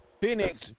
Phoenix